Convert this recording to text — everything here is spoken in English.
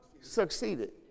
succeeded